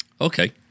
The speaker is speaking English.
Okay